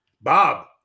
Bob